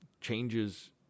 changes